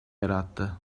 yarattı